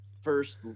first